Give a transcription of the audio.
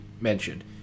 mentioned